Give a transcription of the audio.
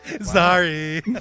Sorry